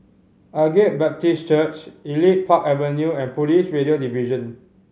Agape Baptist Church Elite Park Avenue and Police Radio Division